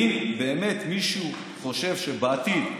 האם באמת מישהו חושב שבעתיד,